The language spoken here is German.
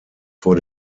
vor